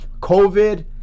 covid